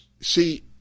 See